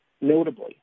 Notably